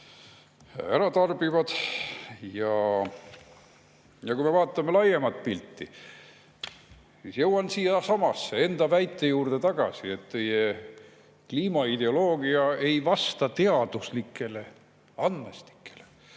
kalu [söövad]. Kui me vaatame laiemat pilti, siis jõuan siiasamasse enda väite juurde tagasi, et teie kliimaideoloogia ei vasta teaduslikule andmestikule.